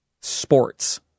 sports